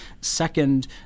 Second